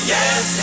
Yes